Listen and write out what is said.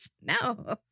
no